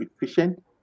efficient